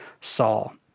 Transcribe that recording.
Saul